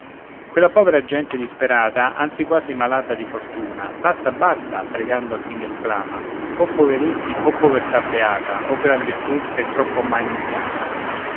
quella povera gente disperata anzi quasi malata di fortuna basta basta pregando alfine esclama o poveretti o povertà beata o gran virtù che il troppo mai non chiama